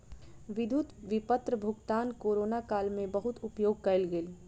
विद्युत विपत्र भुगतान कोरोना काल में बहुत उपयोग कयल गेल